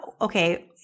okay